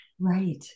Right